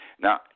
Now